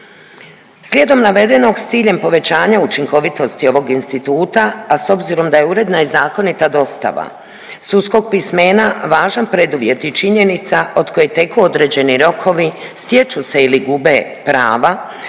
Slijedom navedenog s ciljem povećanja učinkovitosti ovog instituta, a s obzirom da je uredna i zakonita dostava sudskog pismena važan preduvjet i činjenica od koje teku određeni rokovi, stječu se ili gube prava